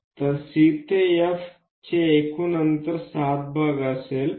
तर C ते F चे एकूण अंतर 7 भाग असेल